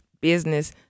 business